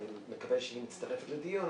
אני מקווה שהיא מצטרפת לדיון,